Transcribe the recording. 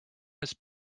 his